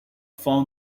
found